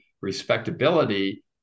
respectability